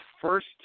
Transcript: first